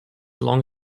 long